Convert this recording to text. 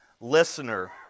listener